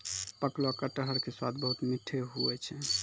पकलो कटहर के स्वाद बहुत मीठो हुवै छै